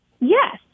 Yes